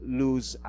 lose